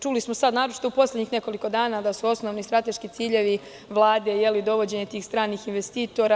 Čuli smo u poslednjih nekoliko dana da su osnovni strateški ciljevi Vlade dovođenje tih stranih investitora.